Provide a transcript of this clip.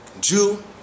Jew